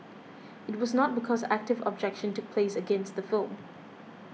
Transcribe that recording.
it was not because active objection took place against the film